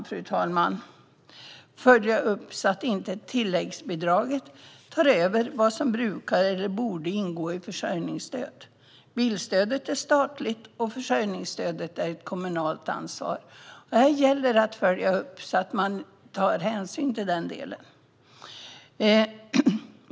Man måste följa upp detta så att tilläggsbidraget inte tar över vad som brukar eller borde ingå i försörjningsstödet. Bilstödet är statligt, och försörjningsstödet är ett kommunalt ansvar. Här gäller det att detta följs upp, så att hänsyn tas till denna del.